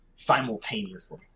simultaneously